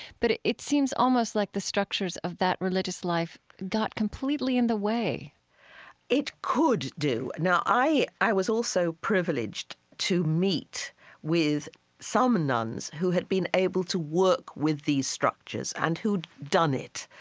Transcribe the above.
but it it seems almost like the structures of that religious life got completely in the way it could do. now, i i was also privileged to meet with some nuns who had been able to work with these structures and who'd done it.